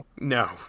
No